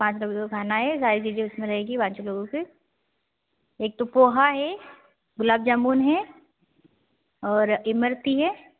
पाँच लोगों का खाना है उसमें रहेगी पाँच लोगों के एक तो पोहा है गुलाबजामुन है और इमरती है